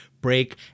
break